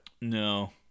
No